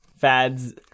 Fads